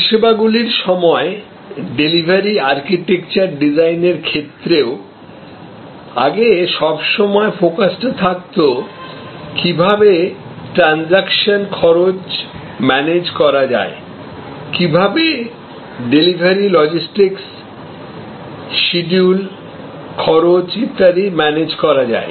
পরিষেবাগুলির সময়ডেলিভারি আর্কিটেকচার ডিজাইনের ক্ষেত্রেও আগে সব সময় ফোকাসটা থাকতো কিভাবে ট্রানজেকশন খরচ ম্যানেজ করা যায় কিভাবে ডেলিভারি লজিস্টিকস সিডিউল খরচ ইত্যাদি ম্যানেজ করা যায়